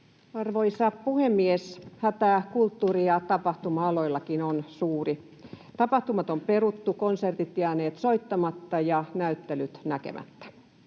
Arvoisa puhemies! Hätä kulttuuri- ja tapahtuma-aloillakin on suuri. Tapahtumat on peruttu, konsertit jääneet soittamatta ja näyttelyt näkemättä.